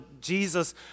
Jesus